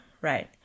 right